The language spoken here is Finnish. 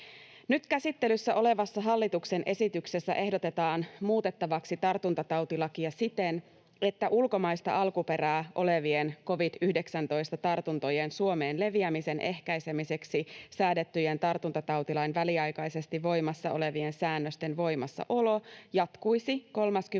Nyt käsittelyssä olevassa hallituksen esityksessä ehdotetaan muutettavaksi tartuntatautilakia siten, että ulkomaista alkuperää olevien covid-19-tartuntojen Suomeen leviämisen ehkäisemiseksi säädettyjen tartuntatautilain väliaikaisesti voimassa olevien säännösten voimassaolo jatkuisi